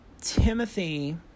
Timothy